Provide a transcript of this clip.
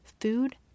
food